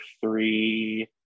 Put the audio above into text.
three